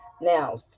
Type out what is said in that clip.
now